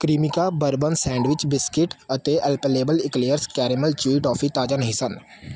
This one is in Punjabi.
ਕਰੀਮਿਕਾ ਬਰਬਨ ਸੈਂਡਵਿਚ ਬਿਸਕਿਟ ਅਤੇ Alpenliebe eclairs caramel chew toffee ਤਾਜ਼ਾ ਨਹੀਂ ਸਨ